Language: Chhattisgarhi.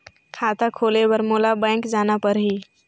खाता खोले बर मोला बैंक जाना परही?